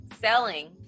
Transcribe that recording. selling